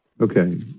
Okay